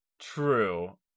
True